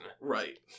Right